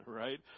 right